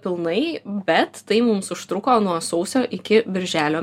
pilnai bet tai mums užtruko nuo sausio iki birželio